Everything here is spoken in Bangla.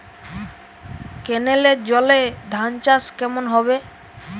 কেনেলের জলে ধানচাষ কেমন হবে?